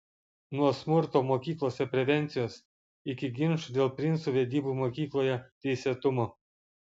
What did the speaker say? nuo smurto mokyklose prevencijos iki ginčų dėl princų vedybų mokykloje teisėtumo